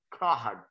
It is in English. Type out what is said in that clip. God